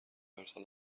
ارسال